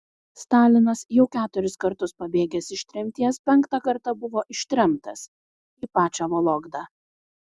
stalinas jau keturis kartus pabėgęs iš tremties penktą kartą buvo ištremtas į pačią vologdą